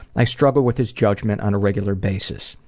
i struggle with his judgment on a regular basis.